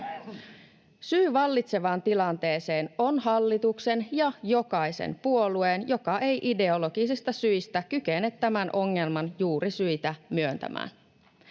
Syy vallitsevaan tilanteeseen on hallituksen ja jokaisen puolueen, joka ei ideologisista syistä kykene tämän ongelman juurisyitä myöntämään.